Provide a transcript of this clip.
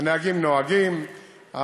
הנהגים נוהגים,